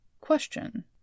question